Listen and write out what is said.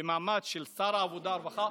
במעמד של שר העבודה והרווחה,